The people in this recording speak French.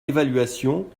évaluation